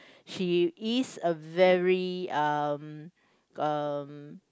she is a very um um